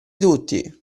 tutti